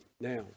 Now